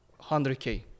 100k